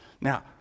Now